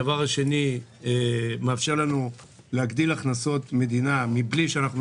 הדבר השני מאפשר לנו להגדיל הכנסות מדינה מבלי שאנחנו